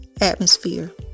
atmosphere